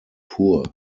poor